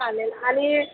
चालेल आणि